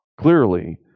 Clearly